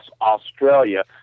Australia